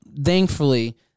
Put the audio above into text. thankfully